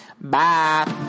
Bye